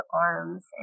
arms